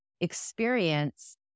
experience